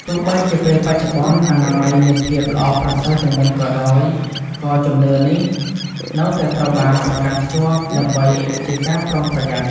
ទោះបីជាពេលបច្ចុប្បន្នអនាម័យមានភាពល្អប្រសើរជាងមុនក៏ដោយ ក៏ជំនឿនេះនៅតែត្រូវបានប្រកាន់ខ្ជាប់ ដើម្បីជាការប្រុងប្រយ័ត្ន។